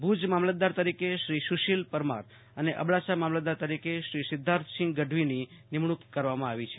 ભુજ મામલતદાર તરીકે શ્રી સુશીલ પરમાર અને અબડાસા મામલતદાર તરીકે શ્રી સિદ્વાર્થસિંહ ગઢવી ને નિમણુક આપવામાં આવી છે